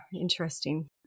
interesting